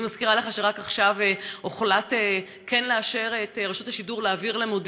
אני מזכירה לך שרק עכשיו הוחלט כן לאשר להעביר את רשות השידור למודיעין,